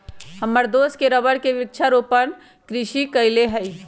हमर दोस्त ने रबर के वृक्षारोपण कृषि कईले हई